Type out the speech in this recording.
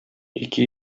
ике